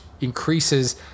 increases